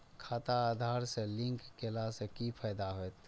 खाता आधार से लिंक केला से कि फायदा होयत?